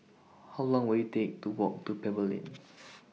How Long Will IT Take to Walk to Pebble Lane